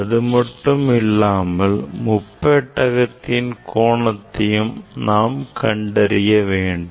இதுமட்டுமில்லாமல் முப்பெட்டகத்தின் கோணத்தையும் நாம் கண்டறியவேண்டும்